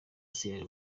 sierra